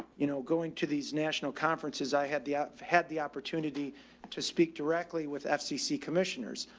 you know, going to these national conferences, i had the, i had the opportunity to speak directly with fcc commissioners.